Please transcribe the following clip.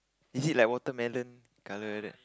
is it like watermelon colour that